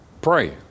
pray